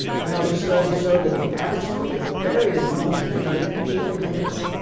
another study showed that the average tweet is buried in someone's feed within eight minutes.